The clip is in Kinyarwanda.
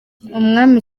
umwami